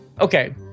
okay